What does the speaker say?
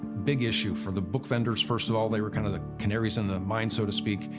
big issue for the book vendors, first of all, they were kind of the canaries in the mine, so to speak,